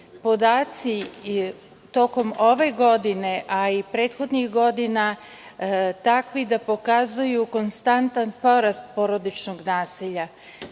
podaci tokom ove godine, a i prethodnih godina takvi da pokazuju konstantan porast porodičnog nasilja.